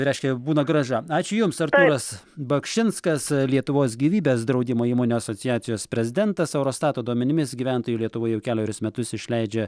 reiškia būna grąža ačiū jums artūras bakšinskas lietuvos gyvybės draudimo įmonių asociacijos prezidentas eurostato duomenimis gyventojai lietuvoje jau kelerius metus išleidžia